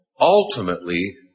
ultimately